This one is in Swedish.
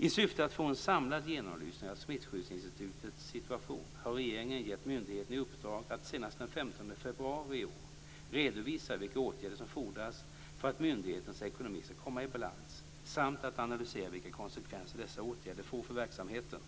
I syfte att få en samlad genomlysning av Smittskyddsinstitutets situation har regeringen gett myndigheten i uppdrag att senast den 15 februari i år redovisa vilka åtgärder som fordras för att myndighetens ekonomi ska komma i balans samt att analysera vilka konsekvenser dessa åtgärder får för verksamheten.